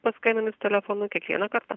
paskambinus telefonu kiekvieną kartą